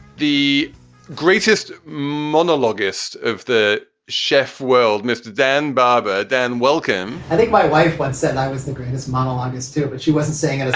the greatest monologue asked of the chef world, mr. den baba. then welcome i think my wife once said i was thinking his monologue is, too, but she wasn't saying